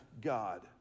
God